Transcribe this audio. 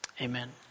amen